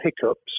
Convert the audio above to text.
hiccups